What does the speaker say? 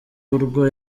urwo